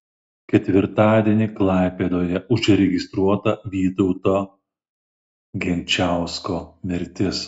ketvirtadienį klaipėdoje užregistruota vytauto genčausko mirtis